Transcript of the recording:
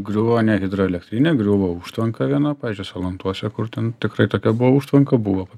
griuvo ne hidroelektrinė griuvo užtvanka viena pavyzdžiui salantuose kur ten tikrai tokia buvo užtvanka buvo